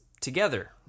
together